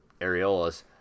areolas